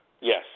Yes